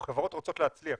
חברות רוצות להצליח,